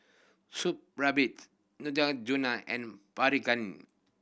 Supravit Neutrogena and Pregain